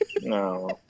No